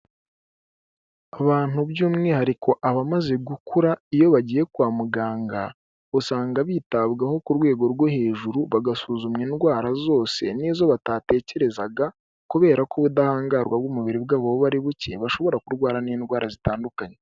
Abantu by'umwihariko abamaze gukura iyo bagiye kwa muganga, usanga bitabwaho ku rwego rwo hejuru, bagasuzuma indwara zose n'izo batatekerezaga, kubera ko ubudahangarwa bw'umubiri bwabo buba ari ari buke, bashobora kurwara n'indwara zitandukanye.